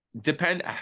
Depend